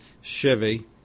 Chevy